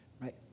right